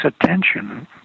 attention